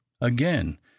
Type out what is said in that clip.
again